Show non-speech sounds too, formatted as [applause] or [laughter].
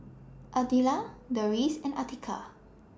[unintelligible] Deris and Atiqah